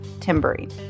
timbering